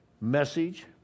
message